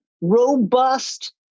robust